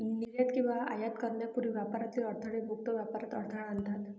निर्यात किंवा आयात करण्यापूर्वी व्यापारातील अडथळे मुक्त व्यापारात अडथळा आणतात